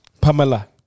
Pamela